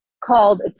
called